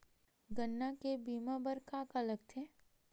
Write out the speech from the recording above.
गन्ना के बीमा बर का का लगथे?